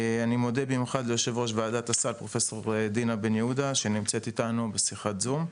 אני מודה במיוחד ליו"ר וועדת הסל דינה בן יהודה שנמצאת איתנו בשיחת זום.